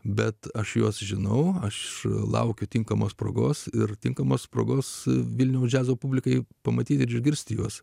bet aš juos žinau aš laukiu tinkamos progos ir tinkamos progos vilniaus džiazo publikai pamatyti ir išgirsti juos